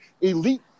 elite